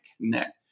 connect